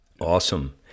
Awesome